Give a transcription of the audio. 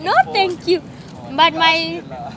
no thank you but my